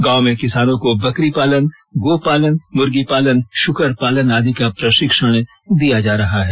गांव में किसानों को बकरी पालन गोपालन मुर्गी पालन शुकर पालन आदि का प्रशिक्षण दिया जा रहा है